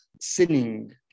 sinning